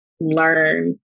learn